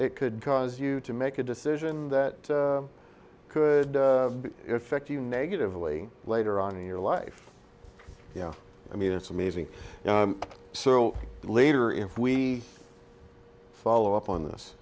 it could cause you to make a decision that could affect you negatively later on in your life you know i mean it's amazing so later if we follow up on this